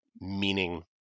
meaning